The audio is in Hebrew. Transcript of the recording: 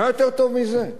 מה יותר טוב מזה?